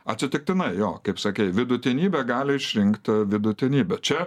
atsitiktinai jo kaip sakei vidutinybė gali išrinkt vidutinybę čia